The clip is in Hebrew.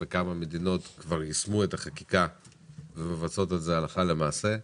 כמה מדינות כבר יישמו את החקיקה ומבצעות את זה הלכה למעשה.